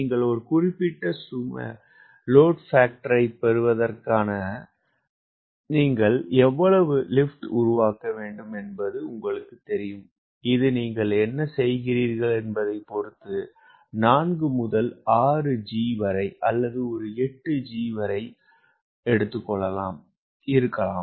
நீங்கள் ஒரு குறிப்பிட்ட லோடு பாக்டர்ப் பெறுவதற்காக நீங்கள் எவ்வளவு லிப்ட் உருவாக்க வேண்டும் என்பது உங்களுக்குத் தெரியும் இது நீங்கள் என்ன செய்கிறீர்கள் என்பதைப் பொறுத்து நான்கு முதல் 6 g அல்லது 8 g வரை இருக்கலாம்